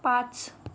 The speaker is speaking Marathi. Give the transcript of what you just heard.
पाच